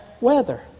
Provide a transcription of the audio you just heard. weather